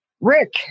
Rick